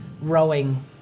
rowing